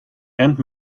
and